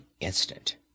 instant